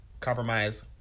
compromise